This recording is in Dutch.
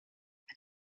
het